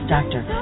Doctor